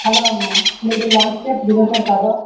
hello ma'am మీరు landscape designer కదా